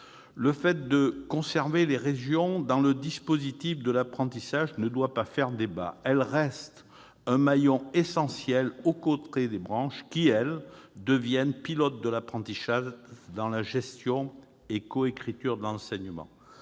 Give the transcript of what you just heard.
Deuxièmement, conserver les régions dans le dispositif de l'apprentissage ne doit pas faire débat. Ces dernières demeurent un maillon essentiel aux côtés des branches, qui, elles, deviennent pilotes de l'apprentissage dans la gestion et la coécriture de l'enseignement.